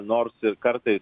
nors ir kartais